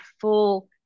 full